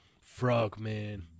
frogman